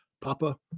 Papa